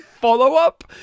follow-up